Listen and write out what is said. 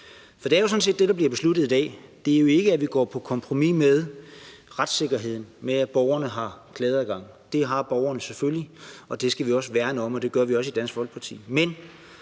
For det er jo sådan set det, der bliver besluttet i dag; det er jo ikke, at vi går på kompromis med retssikkerheden, altså med, at borgerne har klageadgang – det har borgerne selvfølgelig, og det skal vi værne om, og det gør vi også i Dansk Folkeparti